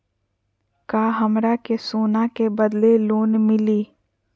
का हमरा के सोना के बदले लोन मिलि?